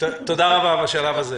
תודה רבה בשלב הזה.